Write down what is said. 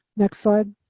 next slide.